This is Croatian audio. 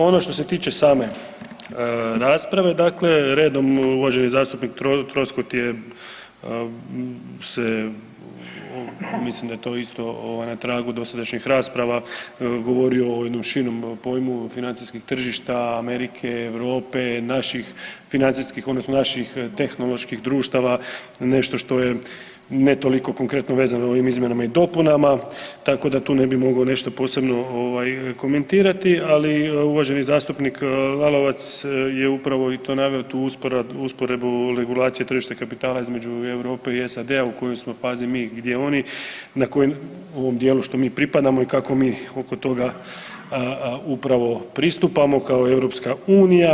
Ono što se tiče same rasprave dakle redom, uvaženi zastupnik Troskot je se mislim da je to isto na tragu dosadašnjih rasprava govorio o jednom širem pojmu financijskih tržišta Amerike, Europe, naših financijskih odnosno naših tehnoloških društava nešto što je ne toliko konkretno vezano ovim izmjenama i dopunama tako da tu ne bi mogao nešto posebno ovaj komentirati, ali uvaženi zastupnik Lalovac je upravo i to naveo tu usporedbu regulacije tržišta kapitala između Europe i SAD-a u kojoj smo fazi mi, gdje oni, na koji u ovom dijelu što mi pripadamo i kako mi oko toga upravo pristupamo kao EU.